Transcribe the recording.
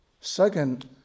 second